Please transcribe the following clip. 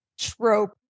trope